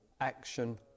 action